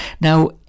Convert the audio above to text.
Now